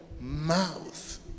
mouth